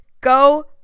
Go